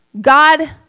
God